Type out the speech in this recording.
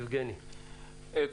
יבגני, בבקשה.